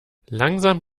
langsam